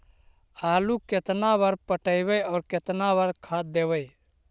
आलू केतना बार पटइबै और केतना बार खाद देबै?